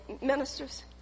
ministers